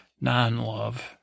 non-love